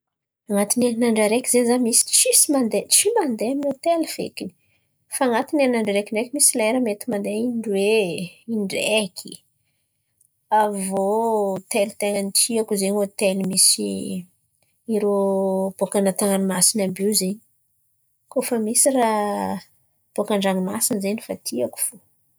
An̈atiny herin'andra araiky zen̈y za misy tsisy mandeha tsy mandeha amy hôtely fekiny. Fa an̈atiny herin'andra araiky ndreky zen̈y misy lera mety mandeha in-droe, indraiky. Aviô hôtely ten̈a ny tiako zen̈y, hôtely misy irô boaka anaty ranomasin̈y àby io zen̈y. Koa fa misy raha boaka andranomasin̈y zen̈y efa tiako fo.